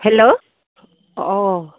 hello অঁ